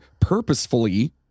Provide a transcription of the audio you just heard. purposefully